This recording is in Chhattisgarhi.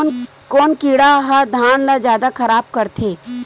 कोन कीड़ा ह धान ल जादा खराब करथे?